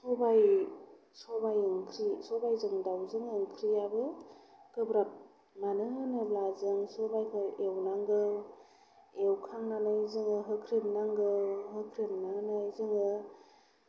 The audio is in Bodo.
सबाइ सबाइ ओंख्रि सबाइजों दाउजों ओंख्रियाबो गोब्राब मानो होनोब्ला जों सबाइखौ एवनांगौ एवखांनानै जोङो होख्रेम नांगौ होख्रेमनानै जोङो